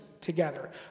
together